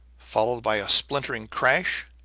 followed by a splintering crash.